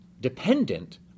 dependent